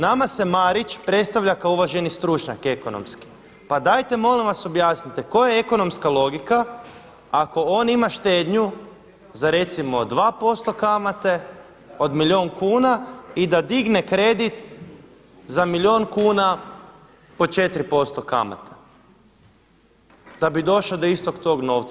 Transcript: Nama se Marić predstavlja kao uvaženi stručnjak ekonomski, pa dajte molim vas objasnite koja je ekonomska logika ako on ima štednju za recimo 2% kamate od milijun kuna i da digne kredit za milijun kuna po 4% kamate, da bi došao do istog tog novca.